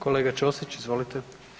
Kolega Ćosić, izvolite.